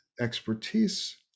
expertise